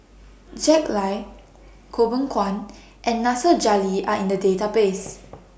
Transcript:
Jack Lai Goh Beng Kwan and Nasir Jalil Are in The Database